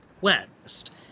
west